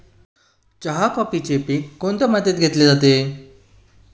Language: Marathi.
चहा, कॉफीचे पीक कोणत्या मातीत घेतले जाते?